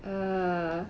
err